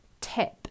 tip